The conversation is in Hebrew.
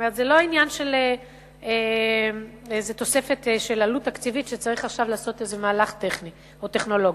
זה לא עניין של תוספת עלות תקציבית שצריך לעשות מהלך טכני או טכנולוגי.